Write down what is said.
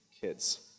kids